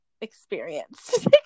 experience